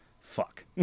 fuck